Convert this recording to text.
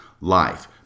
life